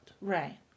Right